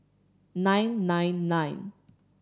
nine nine nine